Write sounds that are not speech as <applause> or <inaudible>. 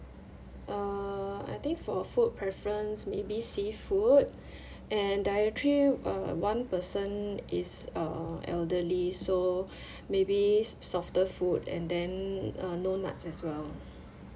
err I think for food preference maybe seafood <breath> and dietary uh one person is uh elderly so <breath> maybe so~ softer food and then uh no nuts as well